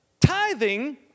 tithing